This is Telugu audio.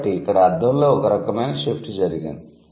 కాబట్టి ఇక్కడ అర్ధంలో ఒక రకమైన షిఫ్ట్ జరిగింది